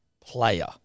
player